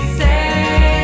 say